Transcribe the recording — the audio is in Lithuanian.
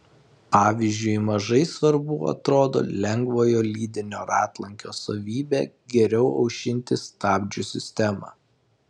pavyzdžiui mažai svarbu atrodo lengvojo lydinio ratlankio savybė geriau aušinti stabdžių sistemą